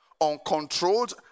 uncontrolled